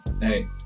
hey